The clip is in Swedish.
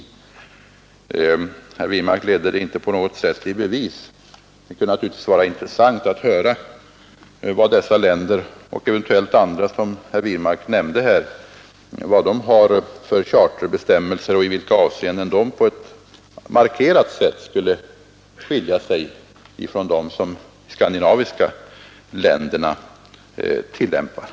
Herr Wirmark ledde inte på något sätt det påståendet i bevis; det kunde naturligtvis vara intressant att höra vad dessa länder har för charterbestämmelser och i vilka avseenden bestämmelserna på ett markerat sätt skulle skilja sig från de bestämmelser som tillämpas i de skandinaviska länderna.